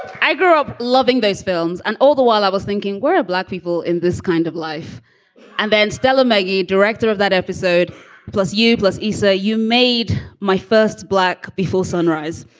i grew up loving those films and all the while i was thinking where a black people in this kind of life and then stella meggy, director of that episode plus u plus isa, you made my first black before sunrise.